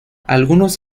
algunos